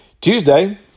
Tuesday